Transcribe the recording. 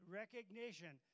recognition